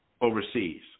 overseas